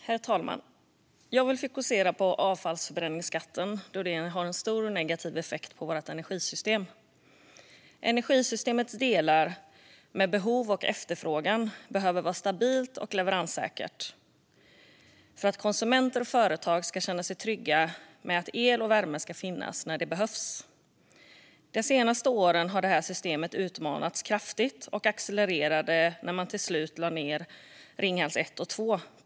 Herr talman! Jag vill fokusera på skatten på avfallsförbränning då den får stor och negativ effekt på vårt energisystem. Energisystemet, med behov och efterfrågan, behöver vara stabilt och leveranssäkert för att konsumenter och företag ska kunna känna sig trygga med att el och värme finns när det behövs. De senaste åren har detta system utmanats kraftigt. Det accelererade när man till slut lade ned Ringhals 1 och 2.